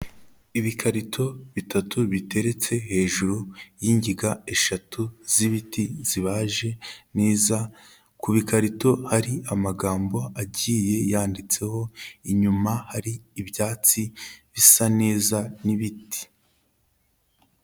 Ibikarito bitatu biteretse hejuru y'ingiga eshatu z'ibiti zibaje neza, ku bikarito hari amagambo agiye yanditseho, inyuma hari ibyatsi bisa neza n'ibiti.